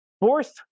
Fourth